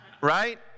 Right